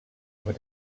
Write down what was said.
aber